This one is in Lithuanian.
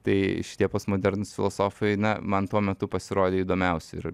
tai šitie postmodernūs filosofai na man tuo metu pasirodė įdomiausi ir